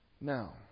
Now